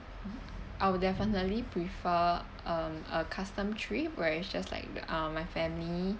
I will definitely prefer um a custom trip where it's just like the um my family